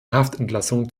haftentlassung